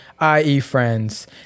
IEFRIENDS